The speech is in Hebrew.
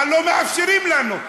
אבל לא מאפשרים לנו.